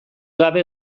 gabe